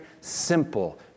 simple